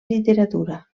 literatura